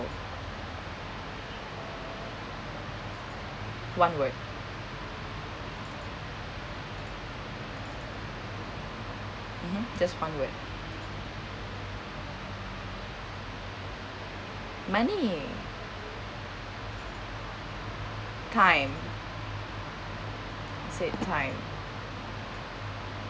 one word mmhmm just one word money time is it time